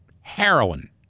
Heroin